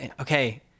Okay